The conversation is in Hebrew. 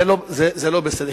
זה לא בסדר.